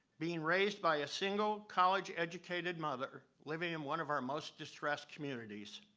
being raised by a single, college-educated mother, living in one of our most distressed communities.